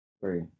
Three